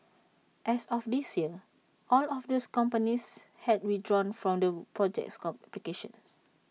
as of this year all of those companies had withdrawn from the project's applications